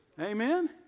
amen